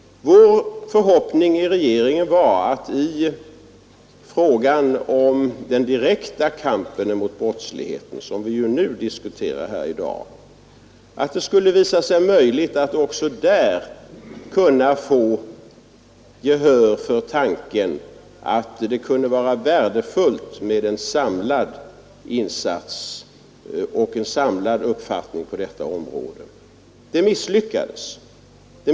Vår förhoppning i regeringen var att det också i frågan om den direkta kampen mot brottsligheten, som vi diskuterar här i dag, skulle visa sig möjligt att få gehör för tanken att det kunde vara värdefullt med en samlad insats och en samlad uppfattning. Det misslyckades.